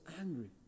angry